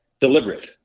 Deliberate